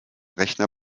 rechner